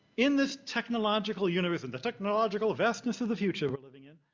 in this technological universe, and the technological vastness of the future we're living in,